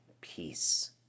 peace